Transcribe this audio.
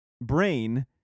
brain